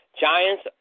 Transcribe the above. Giants